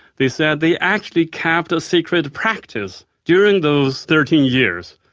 they said they actually kept a secret practice during those thirteen years,